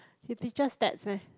he teaches Stats meh